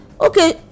okay